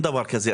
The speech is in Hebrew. לא, אין דבר כזה.